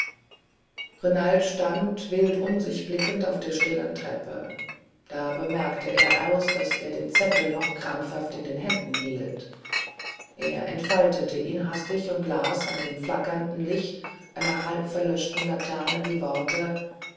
renald stand wild um sich blickend auf der stillen treppe da bemerkte er erst daß er den zettel noch krampfhaft in den händen hielt er entfaltete ihn hastig und las an dem flackernden licht einer halbverlöschten laterne die worte